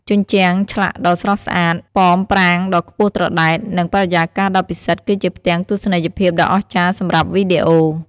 ជញ្ជាំងឆ្លាក់ដ៏ស្រស់ស្អាត ប៉មប្រាង្គដ៏ខ្ពស់ត្រដែត និងបរិយាកាសដ៏ពិសិដ្ឋគឺជាផ្ទាំងទស្សនីយភាពដ៏អស្ចារ្យសម្រាប់វីដេអូ។